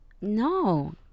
No